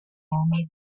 army